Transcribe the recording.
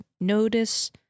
notice